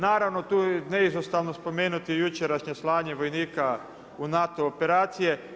Naravno tu je neizostavno spomenuti jučerašnje slanje vojnika u NATO operacije.